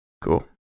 Cool